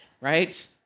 right